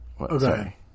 Okay